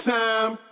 Time